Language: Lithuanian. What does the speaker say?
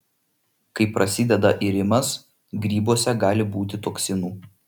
kai prasideda irimas grybuose gali būti toksinų